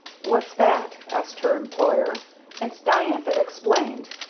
what's that? asked her employer and diantha explained.